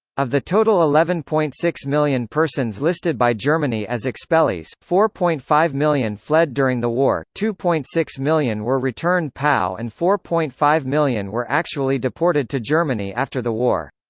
of the total eleven point six million persons listed by germany as expellees, four point five million fled during the war, two point six million were returned pow and four point five million were actually deported to germany after the war.